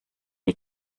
die